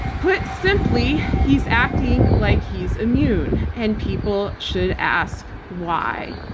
put simply, he's acting like he's immune and people should ask why.